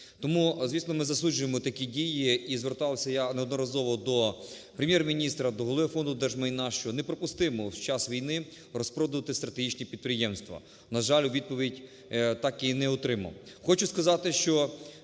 Тому, звісно, ми засуджуємо такі дії. І звертався я неодноразово до Прем'єр-міністра, до голови Фонду держмайна, що неприпустимо в час війни розпродувати стратегічні підприємства. На жаль, відповідь так і не отримав. Хочу сказати, що